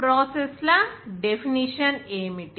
process ల definition ఏమిటి